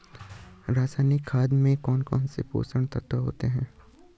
रासायनिक खाद में कौन कौन से पोषक तत्व होते हैं?